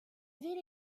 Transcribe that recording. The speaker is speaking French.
ville